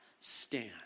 stand